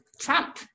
Trump